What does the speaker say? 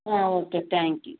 ah okay thank you